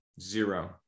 Zero